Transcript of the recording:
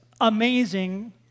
amazing